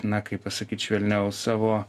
na kaip pasakyt švelniau savo